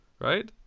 right